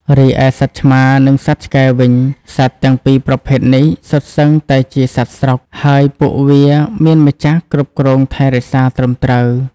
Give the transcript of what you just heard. រីឯសត្វឆ្មា និងសត្វឆ្កែវិញ សត្វទាំងពីរប្រភេទនេះ សុទ្ធសឹងតែជាសត្វស្រុក ហើយពួកវាមានម្ចាស់គ្រប់គ្រងថែរក្សាត្រឹមត្រូវ។